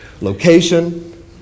location